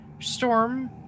Storm